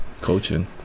coaching